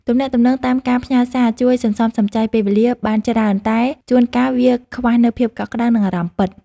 ទំនាក់ទំនងតាមការផ្ញើសារជួយសន្សំសំចៃពេលវេលាបានច្រើនតែជួនកាលវាខ្វះនូវភាពកក់ក្តៅនិងអារម្មណ៍ពិត។